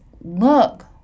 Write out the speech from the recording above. look